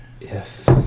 Yes